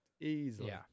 easily